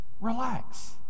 Relax